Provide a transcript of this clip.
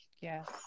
yes